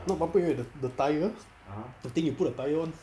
not bumper area the tire the thing you put the tire [one]